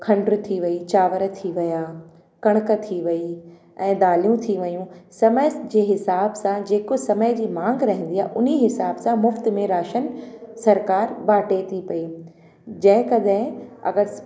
खंड थी वई चांवर थी विया कणिक थी वई ऐं दालियूं थी वियूं समय जे हिसाब सां जेको समय जी मांग रहंदी आहे उन ई हिसाब सां मुफ़्त में राशन सरकारि बाटे थी पई जंहिं कॾहिं अगरि